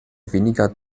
weniger